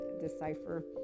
decipher